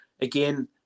again